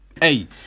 hey